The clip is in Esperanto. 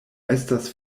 estas